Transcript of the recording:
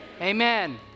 amen